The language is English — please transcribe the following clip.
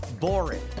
boring